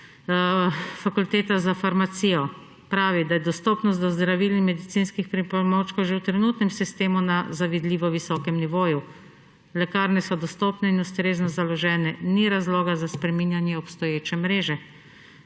Fakulteta za farmacijo pravi, da je dostopnost do zdravil in medicinskih pripomočkov že v trenutnem sistemu na zavidljivo visokem nivoju. Lekarne so dostopne in ustrezno založene, ni razloga za spreminjanje obstoječe mreže.